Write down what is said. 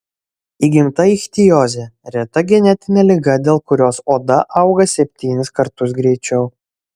įgimta ichtiozė reta genetinė liga dėl kurios oda auga septynis kartus greičiau